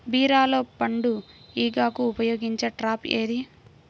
బీరలో పండు ఈగకు ఉపయోగించే ట్రాప్ ఏది?